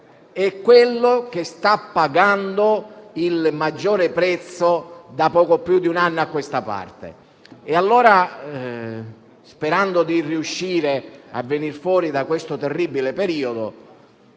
è quello che sta pagando il prezzo maggiore da poco più di un anno a questa parte. Pertanto, sperando di riuscire a venir fuori da questo terribile periodo,